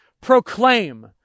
proclaim